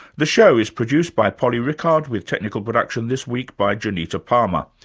the show is produced by polly rickard, with technical production this week by janita palmer.